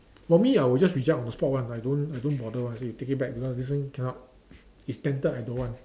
for me I will just reject on the spot one I don't I don't bother one I say you take it back because this one cannot it's tainted I don't want